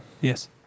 Yes